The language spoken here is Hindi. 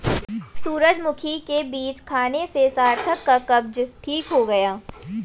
सूरजमुखी के बीज खाने से सार्थक का कब्ज ठीक हो गया